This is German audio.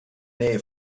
nähe